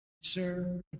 sir